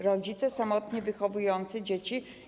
Rodzice samotnie wychowujący dzieci.